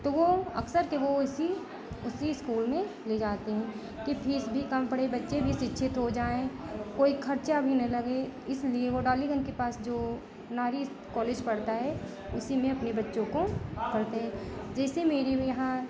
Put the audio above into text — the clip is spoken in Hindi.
तो वह अक्सर के वह इसी उसी इस्कूल में ले जाते हैं कि फ़ीस भी कम पड़ें बच्चे भी शिक्षित हो जाएँ कोई खर्चा भी न लगे इसलिए वह डॉलीगंज के पास जो नारी कॉलेज पड़ता है उसी में अपने बच्चों को करते हैं जैसे मेरे यहाँ